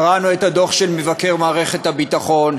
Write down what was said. קראנו את הדוח של מבקר מערכת הביטחון,